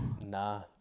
Nah